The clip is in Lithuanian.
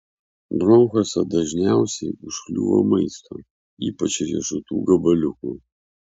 bronchuose dažniausiai užkliūva maisto ypač riešutų gabaliukų